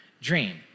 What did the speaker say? dream